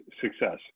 success